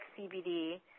CBD